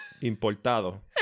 Importado